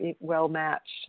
well-matched